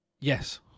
yes